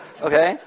okay